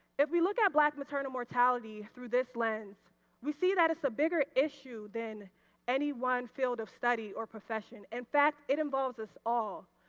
if we look at black maternal mortality through this lens we see that is a bigger issue than any one field of study or profession, in fact, it involves us all.